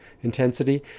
intensity